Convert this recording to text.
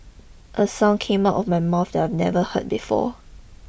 a sound came out of my mouth that I'd never heard before